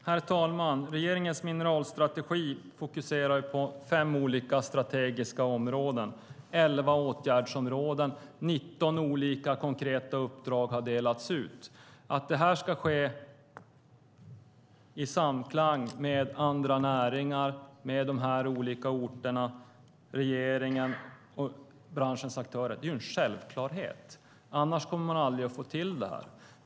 Herr talman! Regeringens mineralstrategi fokuserar på fem olika strategiska områden och elva åtgärdsområden. Det är 19 olika konkreta uppdrag som har delats ut. Att det här ska ske i samklang med andra näringar och med de olika orterna, regeringen och branschens aktörer är en självklarhet. Annars kommer man aldrig att få till det.